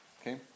okay